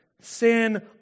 sin